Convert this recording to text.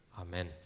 Amen